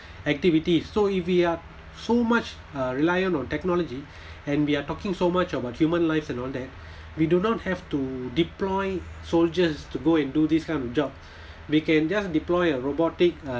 activity so if we are so much uh reliant on technology and we are talking so much about human life and all that we do not have to deploy soldiers to go and do this kind of job we can just deploy a robotic uh